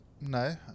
no